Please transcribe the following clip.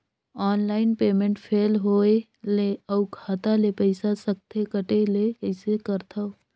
Online payment fail होय ले अउ खाता ले पईसा सकथे कटे ले कइसे करथव?